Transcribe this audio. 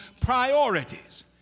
priorities